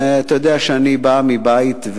ואתה יודע שאני בא מבית,